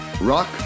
rock